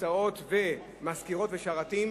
כיסאות ומזכירות ושרתים.